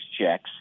checks